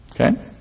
Okay